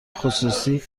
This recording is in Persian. خصوصی